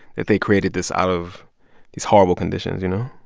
that they created this out of these horrible conditions, you know?